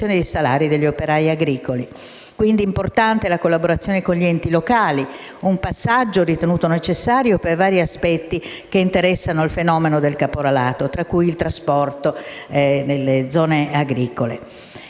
quindi importante la collaborazione con gli enti locali: un passaggio ritenuto necessario per vari aspetti che interessano il fenomeno del caporalato, tra cui il trasporto nelle zone agricole.